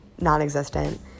non-existent